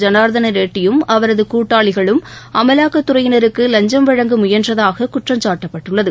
ஜனார்தன ரெட்டியும் அவரது கூட்டாளிகளும் அமலாக்கத் துறையினருக்கு லஞ்சம் வழங்க முயன்றதாக குற்றம் சாட்டப்பட்டுள்ளது